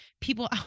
people